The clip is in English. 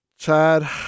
Chad